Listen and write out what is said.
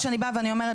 מה שאני באה ואומרת,